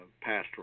pastoral